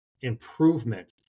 improvement